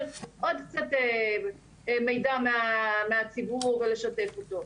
עוד קצת מידע מהציבור ולשתף אותו.